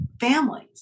families